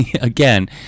again